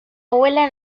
abuela